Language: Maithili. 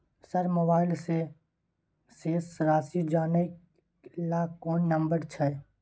सर मोबाइल से शेस राशि जानय ल कोन नंबर छै?